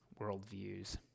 Worldviews